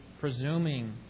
presuming